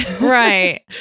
right